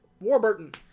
warburton